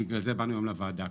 בגלל זה באנו היום לוועדה,